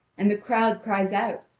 and the crowd cries out,